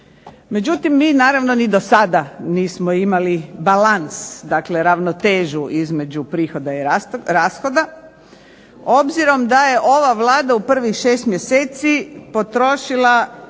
Međutim mi naravno ni do sada nismo imali balans, dakle ravnotežu između prihoda i rashoda, obzirom da je ova Vlada u prvih 6 mjeseci potrošila